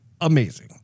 amazing